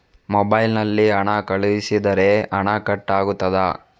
Mobile ನಲ್ಲಿ ಹಣ ಕಳುಹಿಸಿದರೆ ಹಣ ಕಟ್ ಆಗುತ್ತದಾ?